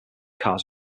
cars